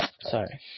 Sorry